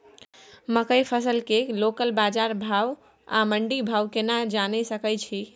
मकई फसल के लोकल बाजार भाव आ मंडी भाव केना जानय सकै छी?